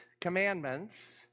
commandments